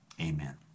Amen